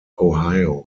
ohio